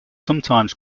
sometimes